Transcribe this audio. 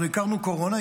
אנחנו הכרנו קורונה,